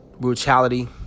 brutality